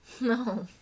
No